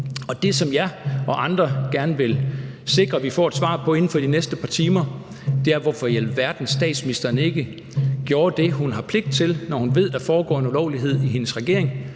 Det, som jeg og andre gerne vil sikre vi får et svar på inden for de næste par timer, er, hvorfor i alverden statsministeren ikke gjorde det, hun har pligt til, når hun ved, at der foregår en ulovlighed i hendes regering,